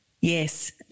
Yes